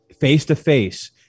face-to-face